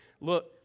Look